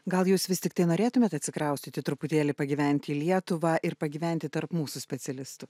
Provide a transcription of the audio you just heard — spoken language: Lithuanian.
gal jūs vis tiktai norėtumėt atsikraustyti truputėlį pagyventi į lietuvą ir pagyventi tarp mūsų specialistų